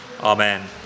Amen